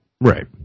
Right